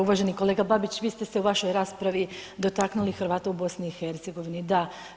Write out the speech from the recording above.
Uvaženi kolega Babić, vi ste se u vašoj raspravi dotaknuli Hrvata u BiH-u.